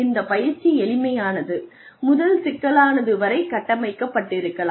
இந்த பயிற்சி எளிமையானது முதல் சிக்கலானது வரை கட்டமைக்கப்பட்டிருக்கலாம்